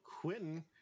quentin